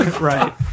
Right